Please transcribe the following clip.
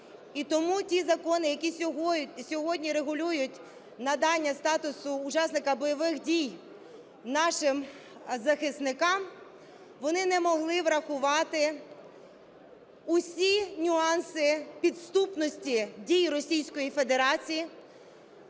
І тому ті закони, які сьогодні регулюють надання статусу учасника бойових дій нашим захисникам, вони не могли врахувати усі нюанси підступності дій Російської Федерації